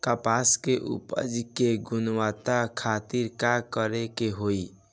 कपास के उपज की गुणवत्ता खातिर का करेके होई?